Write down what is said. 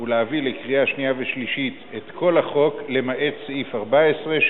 ולהביא לקריאה שנייה ושלישית את כל החוק למעט סעיף 14,